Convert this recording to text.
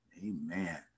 Amen